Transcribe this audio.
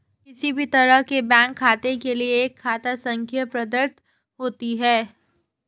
किसी भी तरह के बैंक खाते के लिये एक खाता संख्या प्रदत्त होती है